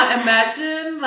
imagine